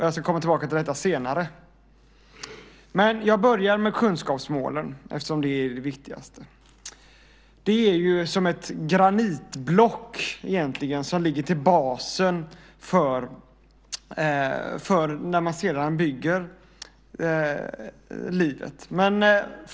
Jag ska återkomma till detta senare. Jag börjar med kunskapsmålen eftersom det är det viktigaste. Kunskaper är egentligen som ett granitblock som ligger till bas när man sedan bygger upp livet.